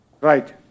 Right